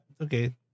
okay